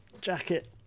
jacket